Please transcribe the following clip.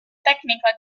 tecnico